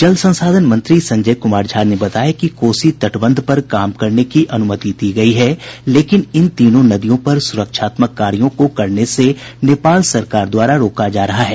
जल संसाधन मंत्री संजय कुमार झा ने बताया कि कोसी तटबंध पर काम करने की अनुमति दी गयी है लेकिन इन तीनों नदियों पर सुरक्षात्मक कार्यों को करने से नेपाल सरकार द्वारा रोका जा रहा है